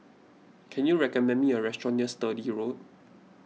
can you recommend me a restaurant near Sturdee Road